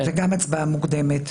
זאת גם הצבעה מוקדמת.